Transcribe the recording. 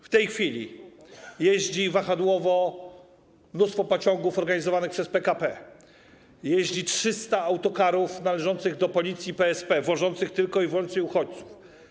W tej chwili jeździ wahadłowo mnóstwo pociągów organizowanych przez PKP, jeździ 300 autokarów należących do Policji, PSP wożących tylko i wyłącznie uchodźców.